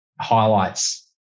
highlights